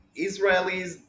Israelis